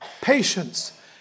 Patience